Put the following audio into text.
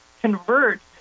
convert